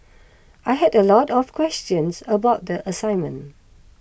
I had a lot of questions about the assignment